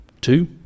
two